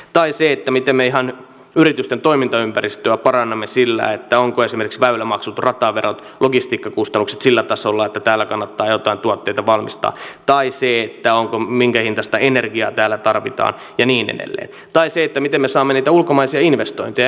tai se miten me ihan yritysten toimintaympäristöä parannamme sillä ovatko esimerkiksi väylämaksut rataverot ja logistiikkakustannukset sillä tasolla että täällä kannattaa joitain tuotteita valmistaa tai se minkä hintaista energiaa täällä tarvitaan ja niin edelleen tai se miten me saamme niitä ulkomaisia investointeja